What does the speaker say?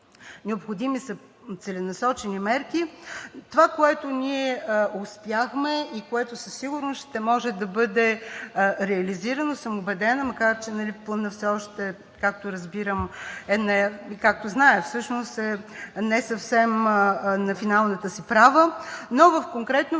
необходими целенасочени мерки. Това, което ние успяхме и което със сигурност ще може да бъде реализирано – убедена съм, макар че Планът все още, както зная всъщност, е несъвсем на финалната си права, но конкретно